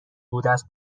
بوداز